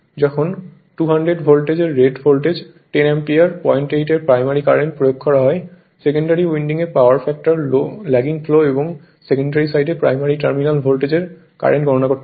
যখন 200 ভোল্টের rate voltage 10 ampere 08 এর প্রাইমারি কারেন্ট প্রয়োগ করা হয় সেকেন্ডারি উইন্ডিংয়ে পাওয়ার ফ্যাক্টর ল্যাগিং ফ্লো এবং সেকেন্ডারি সাইডে প্রাইমারি টার্মিনাল ভোল্টেজের কারেন্ট গণনা করতে হবে